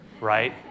Right